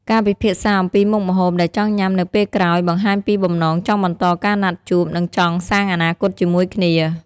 ការពិភាក្សាអំពីមុខម្ហូបដែលចង់ញ៉ាំនៅពេលក្រោយ បង្ហាញពីបំណងចង់បន្តការណាត់ជួប និងចង់សាងអនាគតជាមួយគ្នា។